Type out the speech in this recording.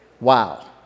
Wow